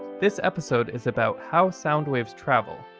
this episode is about how sound waves travel,